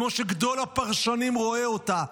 כמו שגדול הפרשנים רואה אותה.